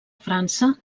frança